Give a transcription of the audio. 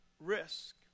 risk